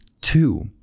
two